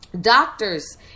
doctors